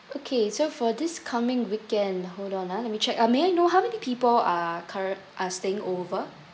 okay so for this coming weekend hold on ah let me check uh may I know how many people are current are staying over